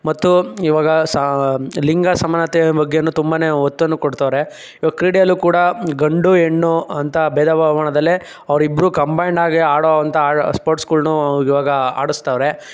ಮತ್ತು ಈವಾಗ ಸಾ ಲಿಂಗ ಸಮಾನತೆ ಬಗ್ಗೆನು ತುಂಬಾ ಒತ್ತನ್ನು ಕೊಡ್ತಾವ್ರೆ ಈವಾಗ ಕ್ರೀಡೆಯಲ್ಲೂ ಕೂಡ ಗಂಡು ಹೆಣ್ಣು ಅಂತ ಭೇದ ಭಾವ ಮಾಡ್ದೆಲೆ ಅವರಿಬ್ರು ಕಂಬೈಂಡಾಗಿ ಆಡೋವಂಥ ಆಡ್ ಸ್ಪೋರ್ಟ್ಸ್ಗಳ್ನು ಈವಾಗ ಆಡಸ್ತಾವ್ರೆ